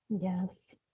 Yes